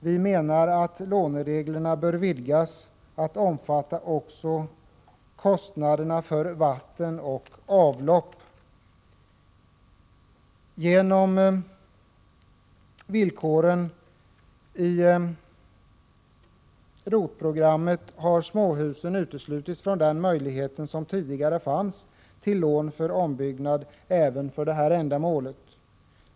Vi menar att lånereglerna bör vidgas att omfatta också kostnaderna för vatten och avlopp. Genom villkoren i ROT-programmet har småhus uteslutits från den möjlighet som tidigare fanns till lån för ombyggnad även för detta ändamål.